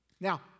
Now